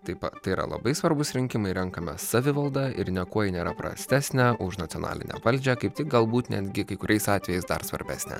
taip pat tai yra labai svarbūs rinkimai renkame savivaldą ir niekuo ji nėra prastesnė už nacionalinę valdžią kaip tik galbūt netgi kai kuriais atvejais dar svarbesnė